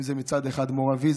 אם זה מצד אחד מור אבי,